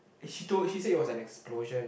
she told she said is an explosion